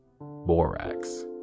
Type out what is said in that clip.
borax